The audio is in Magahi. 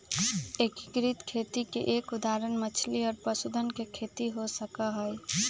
एकीकृत खेती के एक उदाहरण मछली और पशुधन के खेती हो सका हई